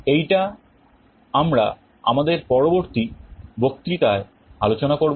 এইটা আমরা আমাদের পরবর্তী বক্তৃতায় আলোচনা করব